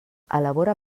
elabora